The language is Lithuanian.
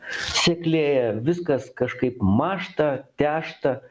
seklėja viskas kažkaip mąžta tęžta